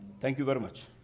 thank you very much.